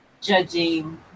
judging